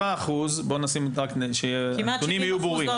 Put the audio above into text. תלמידים,